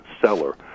seller